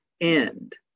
end